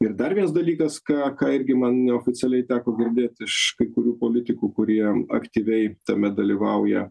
ir dar vienas dalykas ką ką irgi man neoficialiai teko girdėt iš kai kurių politikų kurie aktyviai tame dalyvauja